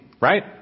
Right